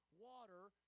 water